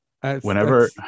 Whenever